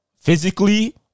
physically